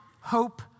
hope